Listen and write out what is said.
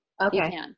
Okay